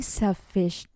selfish